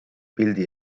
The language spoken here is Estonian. pildi